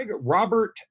Robert